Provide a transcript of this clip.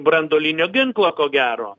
branduolinio ginklo ko gero